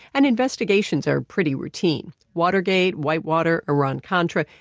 and investigations are pretty routine. watergate. whitewater. iran contra.